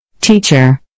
Teacher